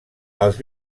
els